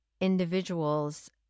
individuals